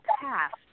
past